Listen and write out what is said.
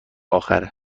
آخره